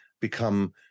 become